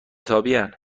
حسابین